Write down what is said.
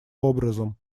образом